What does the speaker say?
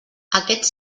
aquests